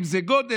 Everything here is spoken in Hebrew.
אם זה גודש,